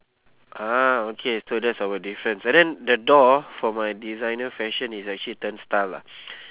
ah okay so that's our difference and then the door for my designer fashion is actually turnstile lah